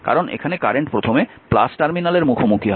কারণ এখানে কারেন্ট প্রথমে টার্মিনালের মুখোমুখি হবে